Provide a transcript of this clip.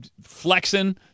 flexing